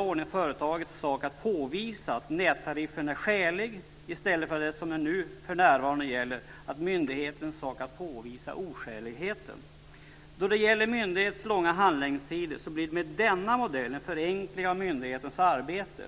ordningen företagets sak att påvisa att nättariffen är skälig i stället för som för närvarande, att det är myndighetens sak att påvisa oskäligheten. Då det gäller myndighetens långa handläggningstider blir det med denna modell en förenkling av myndighetens arbete.